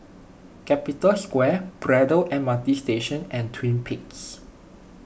Capital Square Braddell M R T Station and Twin Peaks